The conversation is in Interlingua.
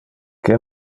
que